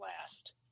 last